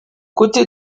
côtés